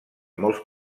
molts